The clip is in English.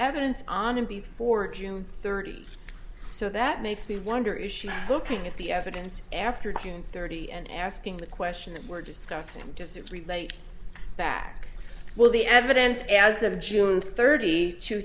evidence on him before june thirty so that makes me wonder is she looking at the evidence after june thirty and asking the question that we're discussing just that relate back well the evidence as of june thirty two